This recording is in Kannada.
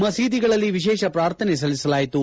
ಮಸೀದಿಗಳಲ್ಲಿ ವಿಶೇಷ ಪ್ರಾರ್ಥನೆ ಸಲ್ಲಿಸಲಾಯಿತು